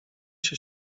się